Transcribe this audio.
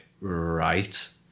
right